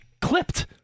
clipped